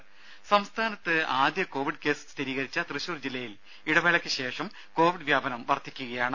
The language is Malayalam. ദേദ സംസ്ഥാനത്ത് ആദ്യ കോവിഡ് കേസ് സ്ഥിരീകരിച്ച തൃശൂർ ജില്ലയിൽ ഇടവേളയ്ക്കു ശേഷം കോവിഡ് വ്യാപനം വർധിക്കുകയാണ്